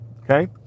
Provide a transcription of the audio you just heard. okay